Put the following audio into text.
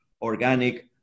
organic